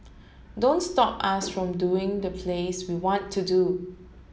don't stop us from doing the plays we want to do